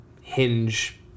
hinge